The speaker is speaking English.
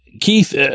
Keith